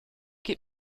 gib